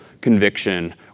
conviction